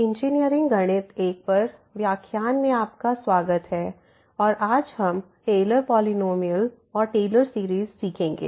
engineering गणित I पर व्याख्यान में आपका स्वागत है और आज हम टेलर पॉलिनॉमियल और टेलर सीरीज़ सीखेंगे